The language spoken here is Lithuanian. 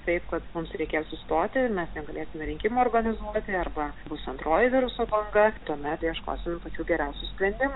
taip kad mums reikės sustoti mes negalėsime rinkimų organizuoti arba bus antroji viruso banga tuomet ieškosim pačių geriausių sprendimų